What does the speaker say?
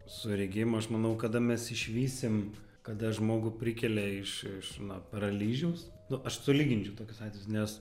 su regėjimu aš manau kada mes išvysim kada žmogų prikelia iš iš na paralyžiaus nu aš sulyginčiau tokius atvejus nes